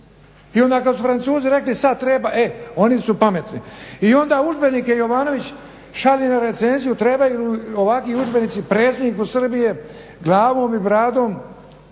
i onda kad su Francuzi rekli sad treba, e oni su pametni. I onda udžbenike Jovanović šalje na recenziju trebaju li ovakvi udžbenici predsjedniku Srbije, glavom i bradom